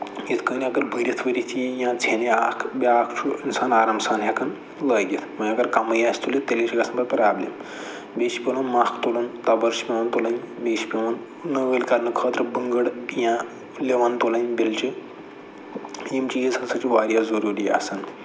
یِتھۍ کٔنۍ اَگر بٔرِتھ ؤرِتھ یی یا ژھیٚنہِ اکھ بیٛاکھ چھُ اِنسان آرام سان ہٮ۪کان لٲگِتھ وۄنۍ اَگر کَمٕے آسہِ تُلِتھ تیٚلی چھِ گژھان پَتہٕ پرٛابلِم بیٚیہِ چھُ پٮ۪وان مَکھ تُلُن تَبٕر چھِ پٮ۪وان تُلٕنۍ بیٚیہِ چھِ پٮ۪وان نٲلۍ کرنہٕ خٲطرٕ بٕنٛگٕر یا لِوَن تُلٕنۍ بِلچہِ یِم چیٖز ہسا چھِ واریاہ ضٔروٗری آسان